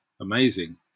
amazing